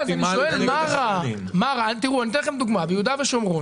אני שואל מה רע אציג לכם דוגמה: ביהודה ושומרון